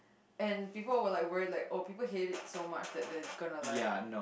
and people were like worried like oh people hate it so much that there's gonna like